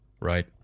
right